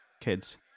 Kids